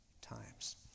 times